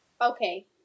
Okay